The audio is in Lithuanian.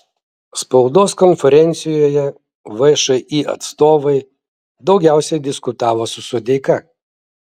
spaudos konferencijoje všį atstovai daugiausiai diskutavo su sodeika